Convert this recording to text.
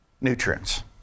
nutrients